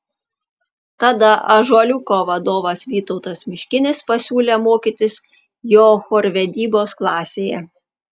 tada ąžuoliuko vadovas vytautas miškinis pasiūlė mokytis jo chorvedybos klasėje